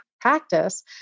practice